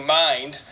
mind